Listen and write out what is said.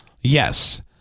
Yes